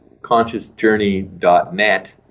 consciousjourney.net